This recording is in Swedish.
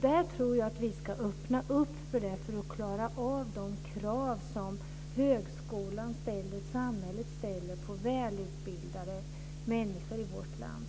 Jag tror att vi ska öppna för detta för att klara de krav som högskolan och samhället ställer på välutbildade människor i vårt land.